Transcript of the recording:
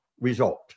result